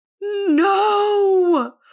No